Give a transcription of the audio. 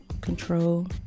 control